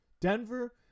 Denver